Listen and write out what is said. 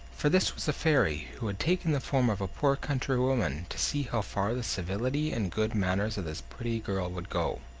for this was a fairy, who had taken the form of a poor country woman, to see how far the civility and good manners of this pretty girl would go.